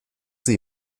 sie